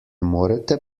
morete